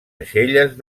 aixelles